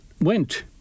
went